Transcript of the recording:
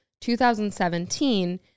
2017